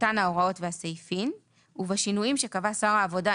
אותן ההוראות והסעיפים ובשינויים שקבע שר העבודה,